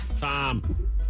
Tom